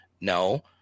No